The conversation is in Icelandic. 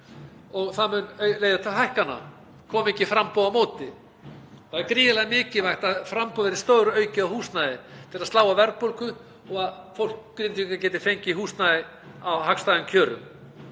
og það mun leiða til hækkana komi ekki framboð á móti. Það er gríðarlega mikilvægt að framboð verði stóraukið á húsnæði til að slá á verðbólgu og að fólk geti fengið húsnæði á hagstæðum kjörum.